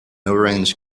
orange